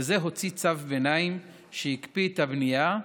וזה הוציא צו ביניים שהקפיא את הבנייה,